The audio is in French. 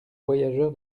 voyageur